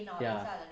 ya